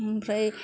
ओमफ्राय